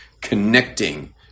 connecting